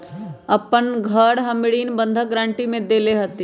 अपन घर हम ऋण बंधक गरान्टी में देले हती